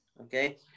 Okay